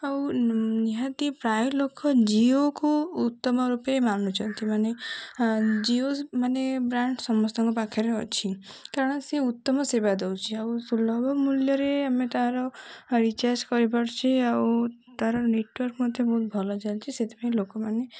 ଆଉ ନିହାତି ପ୍ରାୟ ଲୋକ ଜିଓକୁ ଉତ୍ତମ ରୂପେ ମାନୁଛନ୍ତି ମାନେ ଜିଓ ମାନେ ବ୍ରାଣ୍ଡ ସମସ୍ତଙ୍କ ପାଖରେ ଅଛି କାରଣ ସେ ଉତ୍ତମ ସେବା ଦେଉଛି ଆଉ ସୁଲଭ ମୂଲ୍ୟରେ ଆମେ ତାର ରିଚାର୍ଜ କରିପାରୁଛେ ଆଉ ତାର ନେଟୱାର୍କ ମଧ୍ୟ ବହୁତ ଭଲ ଚାଲିଛି ସେଥିପାଇଁ ଲୋକମାନେ